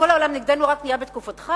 כל העולם נגדנו רק נהיה בתקופתך?